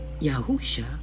Yahusha